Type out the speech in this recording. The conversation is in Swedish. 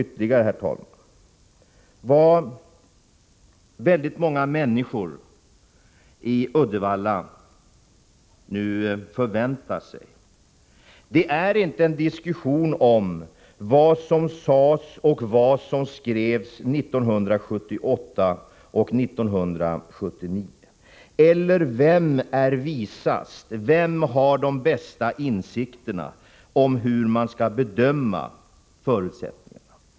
De flesta människorna i Uddevalla förväntar sig f.n. inte en diskussion om vad som sades och vad som skrevs 1978 och 1979. Man frågar sig inte vem som är visast eller vem som har de bästa insikterna om hur man skall bedöma förutsättningarna.